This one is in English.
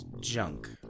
junk